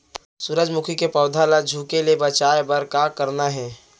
सूरजमुखी के पौधा ला झुके ले बचाए बर का करना हे?